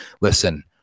Listen